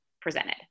presented